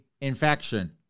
infection